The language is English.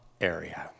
area